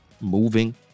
moving